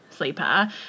sleeper